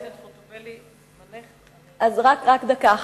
חברת הכנסת חוטובלי, זמנך, אז רק דקה אחת.